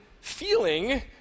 feeling